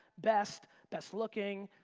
best, best looking,